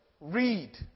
read